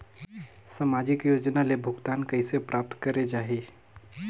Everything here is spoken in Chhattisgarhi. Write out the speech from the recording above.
समाजिक योजना ले भुगतान कइसे प्राप्त करे जाहि?